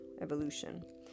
evolution